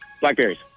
Blackberries